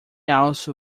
also